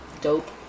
dope